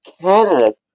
Canada